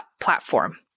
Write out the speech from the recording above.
platform